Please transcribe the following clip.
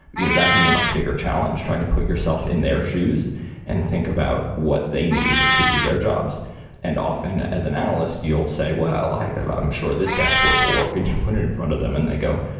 you know that can be a much bigger challenge trying to put yourself in their shoes and think about what they need to do their jobs and often as an analyst you'll say, well, i'm sure this dashboard will work, and you put it in front of them and they go,